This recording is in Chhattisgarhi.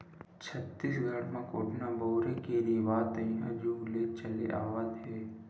छत्तीसगढ़ म कोटना बउरे के रिवाज तइहा जुग ले चले आवत हे